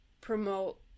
promote